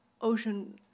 Ocean